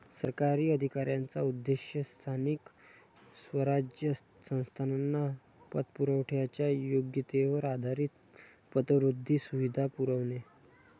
सरकारी अधिकाऱ्यांचा उद्देश स्थानिक स्वराज्य संस्थांना पतपुरवठ्याच्या योग्यतेवर आधारित पतवृद्धी सुविधा पुरवणे